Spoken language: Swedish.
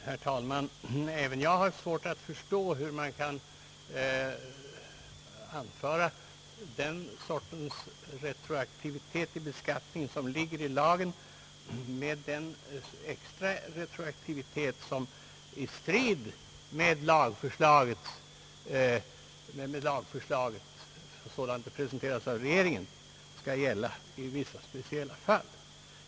Herr talman! Också jag har svårt att förstå hur man kan jämställa den sorts retroaktivitet i beskattningen som ligger i propositionen med den extra retroaktivitet som i strid med lagförslaget — sådant det presenterades av regeringen — skall gälla i vissa speciella fall.